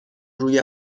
روی